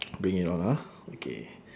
bring it on ah okay